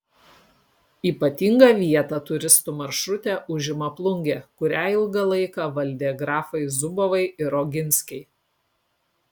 ypatingą vietą turistų maršrute užima plungė kurią ilgą laiką valdė grafai zubovai ir oginskiai